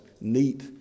neat